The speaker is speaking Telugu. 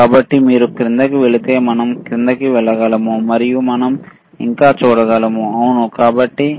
కాబట్టి మీరు క్రిందికి వెళితే మనం క్రిందికి వెళ్ళగలము మరియు మనం ఇంకా చూడగలం అవును కాబట్టి ఇది సుమారు 20 కిలో ఓం